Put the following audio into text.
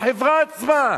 החברה עצמה.